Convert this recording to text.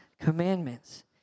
commandments